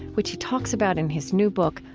which he talks about in his new book,